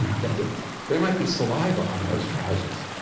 thinking there might be saliva on those trousers.